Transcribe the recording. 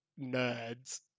nerds